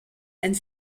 and